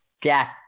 Jack